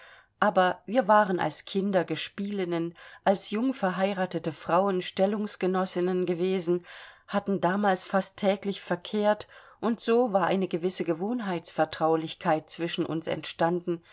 aber wir waren als kinder gespielinnen als jung verheiratete frauen stellungsgenossinnen gewesen hatten damals fast täglich verkehrt und so war eine gewisse gewohnheitsvertraulichkeit zwischen uns entstanden